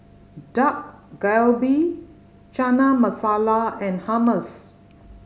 Dak Galbi Chana Masala and Hummus